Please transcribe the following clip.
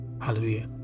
hallelujah